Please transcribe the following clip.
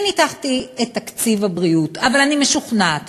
אני ניתחתי את תקציב הבריאות, אבל אני משוכנעת